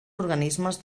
organismes